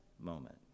moment